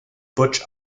butch